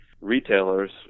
retailers